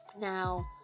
Now